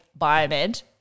biomed